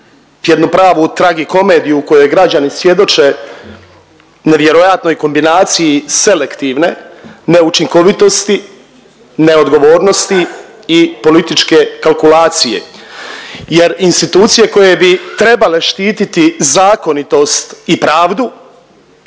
jednu pravu tragikomediju u kojoj građani svjedoče nevjerojatnoj kombinaciji selektivne neučinkovitosti, neodgovornosti i političke kalkulacije, jer institucije koje bi trebale štititi zakonitost i pravdu